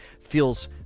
feels